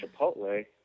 Chipotle